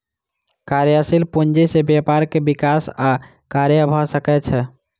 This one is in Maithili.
कार्यशील पूंजी से व्यापार के विकास आ कार्य भ सकै छै